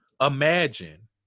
Imagine